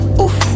Oof